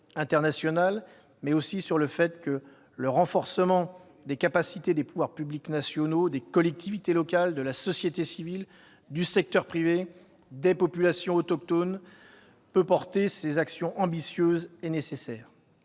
internationale, mais aussi sur le fait que « le renforcement des capacités des pouvoirs publics nationaux, des collectivités locales, de la société civile, du secteur privé, des populations autochtones [pouvait] porter ces actions ambitieuses qui seraient